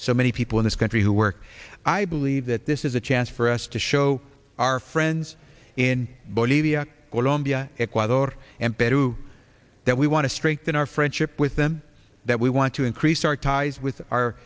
so many people in this country who work i believe that this is a chance for us to show our friends in bolivia why they are better that we want to strengthen our friendship with them that we want to increase our ties with our